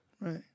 Right